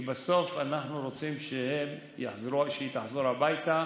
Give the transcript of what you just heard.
כי בסוף אנחנו רוצים שהיא תחזור הביתה